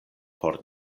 por